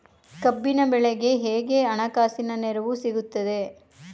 ಕಬ್ಬಿನ ಬೆಳೆಗೆ ಹೇಗೆ ಹಣಕಾಸಿನ ನೆರವು ಸಿಗುತ್ತದೆ?